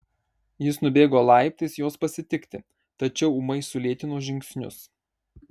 jis nubėgo laiptais jos pasitikti tačiau ūmai sulėtino žingsnius